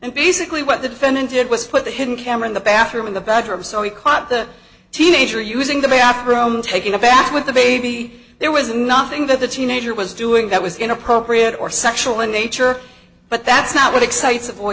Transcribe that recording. and basically what the defendant did was put the hidden camera in the bad you're in the bathroom so we caught the teenager using the bathroom taking a bath with the baby there was nothing that the teenager was doing that was inappropriate or sexual in nature but that's not what excites